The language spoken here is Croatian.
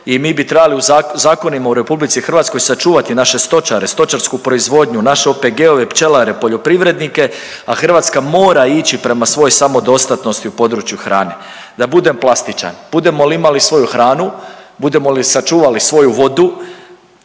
i mi bi trebali u zakonima u RH sačuvati naše stočare, stočarsku proizvodnju, naše OPG-ove, pčelare, poljoprivrednike, a Hrvatska mora ići prema svojoj samodostatnosti u području hrane. Da budem plastičan, budemo li imali svoju hranu, budemo li sačuvali svoju vodu,